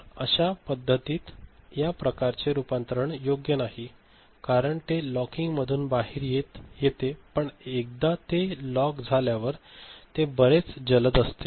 तर अशा परिस्थितीत या प्रकारचे रूपांतरण योग्य नाही कारण ते लॉकिंगमधून बाहेर येते पण एकदा ते लॉक झाल्यावर ते बरेच जलद असते